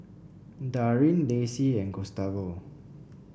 Darrin Lacie and Gustavo